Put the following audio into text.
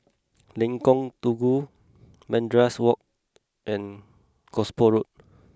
Lengkong Tujuh Madrasah Wak and Gosport Road